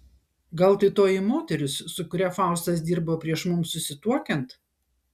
gal tai toji moteris su kuria faustas dirbo prieš mums susituokiant